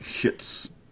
hits